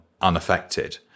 unaffected